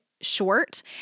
Short